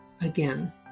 again